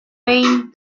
main